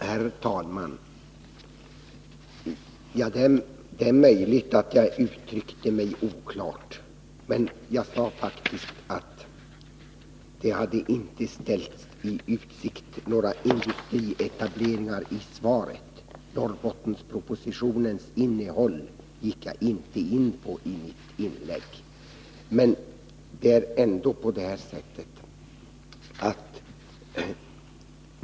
Herr talman! Det är möjligt att jag uttryckte mig oklart, men jag sade faktiskt att det inte i svaret hade ställts i utsikt några industrietableringar — Norrbottenspropositionens innehåll gick jag inte in på i mitt inlägg.